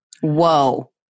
Whoa